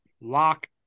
lock